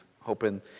hoping